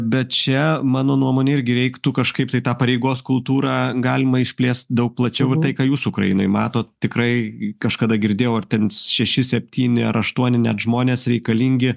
bet čia mano nuomone irgi reiktų kažkaip tai tą pareigos kultūrą galima išplėst daug plačiau ir tai ką jūs ukrainoj matot tikrai kažkada girdėjau ar ten šeši septyni ar aštuoni net žmonės reikalingi